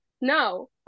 No